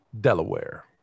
Delaware